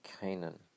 Canaan